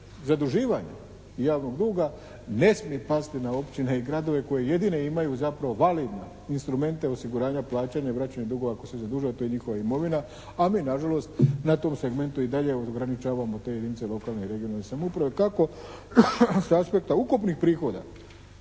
zaduživanja i javnog duga ne smije pasti na općine i gradove koje jedine imaju zapravo validna instrumente osiguranja plaćanja i vraćanja dugova, ako su se zadužile to je njihova imovina, a mi na žalost na tom segmentu i dalje ograničavamo te jedinice lokalne i regionalne samouprave kako s aspekta ukupnih prihoda